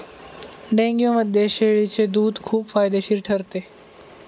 डेंग्यूमध्ये शेळीचे दूध खूप फायदेशीर ठरते